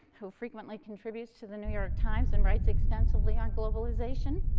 who frequently contributes to the new york times and writes extensively on globalization?